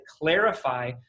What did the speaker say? clarify